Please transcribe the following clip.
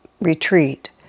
retreat